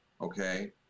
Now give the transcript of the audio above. Okay